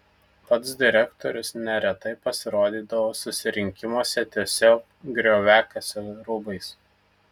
pats direktorius neretai pasirodydavo susirinkimuose tiesiog grioviakasio rūbais